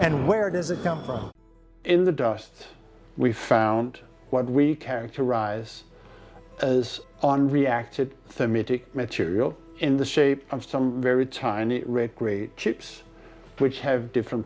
and where does it come from in the dust we found what we characterize as on reacted to me to material in the shape of some very tiny red grape chips which have different